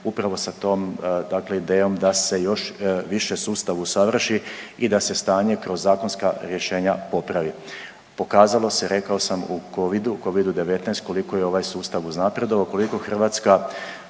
upravo sa tom, dakle idejom da se još više sustav usavrši i da se stanje kroz zakonska rješenja popravi. Pokazalo se rekao sam u covidu, covidu-19 koliko je ovaj sustav uznapredovao, koliko Hrvatska